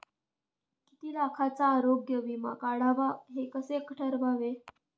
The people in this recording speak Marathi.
किती लाखाचा आरोग्य विमा काढावा हे कसे ठरवावे?